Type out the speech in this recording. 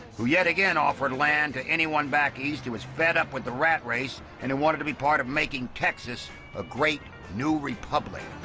who, yet again, offered land to anyone back east who was fed up with the rat race and wanted to be part of making texas a great new republic.